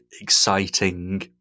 exciting